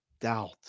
doubt